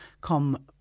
come